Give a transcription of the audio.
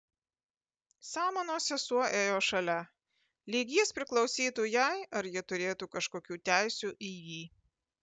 samanos sesuo ėjo šalia lyg jis priklausytų jai ar ji turėtų kažkokių teisių į jį